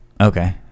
Okay